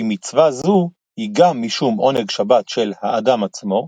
כי מצווה זו היא גם משום עונג שבת של האדם עצמו,